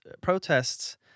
protests